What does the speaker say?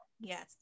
Yes